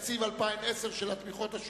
לסעיף תמיכות בענפי המשק ל-2009.